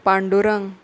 Pandurang